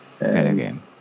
again